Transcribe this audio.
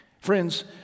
Friends